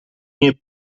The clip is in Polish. nie